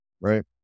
right